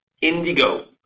Indigo